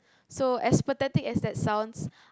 so as pathetic as that sounds